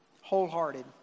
wholehearted